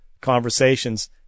conversations